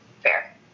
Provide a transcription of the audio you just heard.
Fair